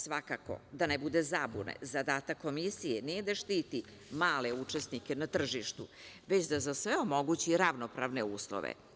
Svakako, da ne bude zabune, zadatak Komisije nije da štiti male učesnike na tržištu, već da za sve omogući ravnopravne uslove.